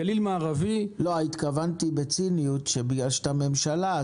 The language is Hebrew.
התכוונתי בציניות שבגלל שאם אתה ממשלה,